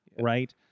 right